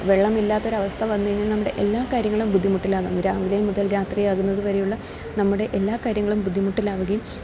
വെള്ളമില്ലാത്ത ഒരു അവസ്ഥ വന്നുകഴിഞ്ഞാൽ നമ്മുടെ എല്ലാ കാര്യങ്ങളും ബുദ്ധിമുട്ടിലാകും രാവിലെ മുതൽ രാത്രിയാകുന്നത് വരെയുള്ള നമ്മുടെ എല്ലാ കാര്യങ്ങളും ബുദ്ധിമുട്ടിലാവുകയും